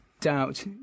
doubt